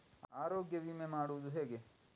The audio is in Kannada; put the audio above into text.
ಆರೋಗ್ಯ ವಿಮೆ ಮಾಡುವುದು ಹೇಗೆ?